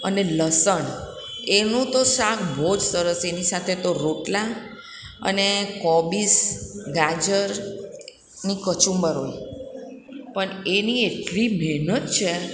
અને લસણ એનું તો શાક બહુ જ સરસ એની સાથે તો રોટલા અને કોબીસ ગાજરની કચુંબર હોય પણ એની એટલી મહેનત છે